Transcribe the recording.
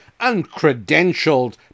uncredentialed